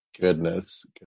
Goodness